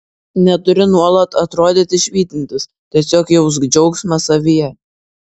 neturi nuolat atrodyti švytintis tiesiog jausk džiaugsmą savyje